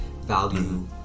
value